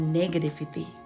negativity